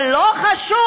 זה לא חשוב,